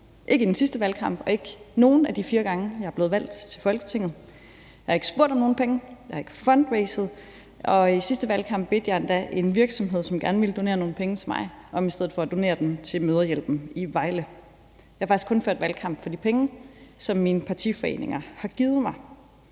ikke i den sidste valgkamp og ikke nogen af de fire gange, jeg er blevet valgt til Folketinget. Jeg har ikke spurgt om nogen penge, og jeg har ikke fundraiset, og i sidste valgkamp bad jeg endda en virksomhed, som gerne ville donere nogle penge til mig, om i stedet for at donere dem til Mødrehjælpen i Vejle. Jeg har faktisk kun ført valgkamp for de penge, som mine partiforeninger har givet mig,